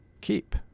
keep